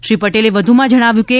શ્રી પટેલે જણાવ્યું કે